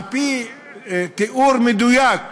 על-פי תיאור מדויק,